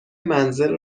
منزل